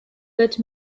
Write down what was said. let